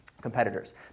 competitors